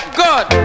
good